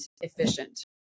efficient